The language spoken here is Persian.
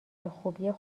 خوبیه